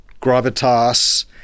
gravitas